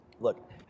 look